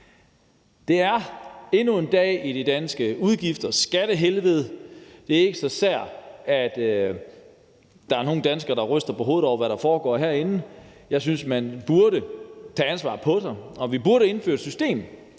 Det er endnu en dag i det danske udgifts- og skattehelvede. Det er ikke så sært, at der er nogle danskere, der ryster på hovedet over, hvad der foregår herinde. Jeg synes, at man burde tage ansvaret på sig. Vi burde indføre et system,